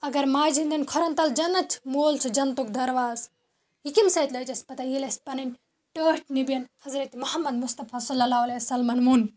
اگر ماجہِ ہٕنٛدٮ۪ن کھۄرَن تَل جنت چھُ مول چھُ جنتُک دروازٕ یہِ کٔمۍ سۭتۍ لٔج اَسہِ پتہ ییٚلہِ اَسہِ پَنٕنۍ ٹٲٹھۍ نبِیَن حضرت محمد مُصطفیٰ صلی اللہ علیہِ وَسَلمَن ووٚن